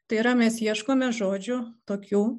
tai yra mes ieškome žodžių tokių